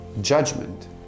judgment